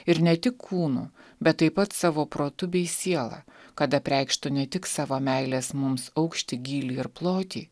ir ne tik kūnu bet taip pat savo protu bei siela kad apreikštų ne tik savo meilės mums aukštį gylį ir plotį